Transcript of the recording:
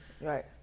Right